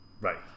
Right